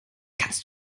kannst